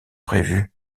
prévue